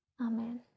Amen